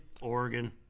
Oregon